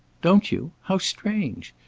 don't you? how strange!